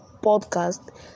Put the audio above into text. podcast